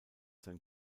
sein